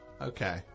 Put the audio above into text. Okay